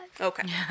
okay